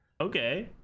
Okay